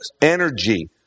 energy